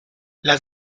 las